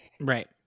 Right